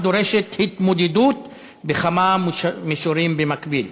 הדורשת התמודדות בכמה מישורים במקביל.